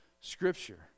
Scripture